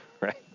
right